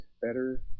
better